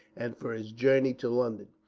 and for his journey to london.